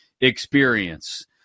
experience